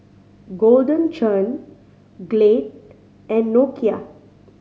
Golden Churn Glade and Nokia